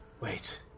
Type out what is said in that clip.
wait